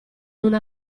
una